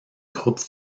groupe